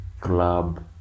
club